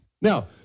Now